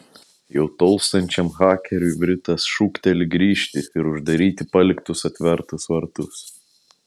jau tolstančiam hakeriui britas šūkteli grįžti ir uždaryti paliktus atvertus vartus